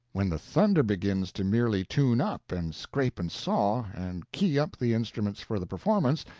when the thunder begins to merely tune up and scrape and saw, and key up the instruments for the performance,